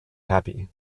happy